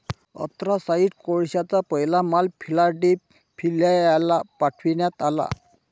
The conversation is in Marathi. अँथ्रासाइट कोळशाचा पहिला माल फिलाडेल्फियाला पाठविण्यात आला